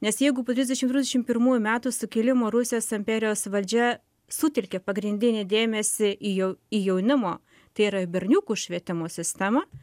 nes jeigu po trisdešimt trisdešimt pirmųjų metų sukilimo rusijos imperijos valdžia sutelkė pagrindinį dėmesį į jau į jaunimo tai yra berniukų švietimo sistemą